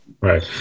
right